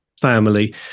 family